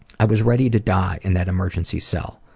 i was ready to die in that emergency cell.